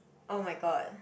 [oh]-my-god